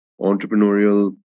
entrepreneurial